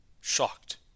Shocked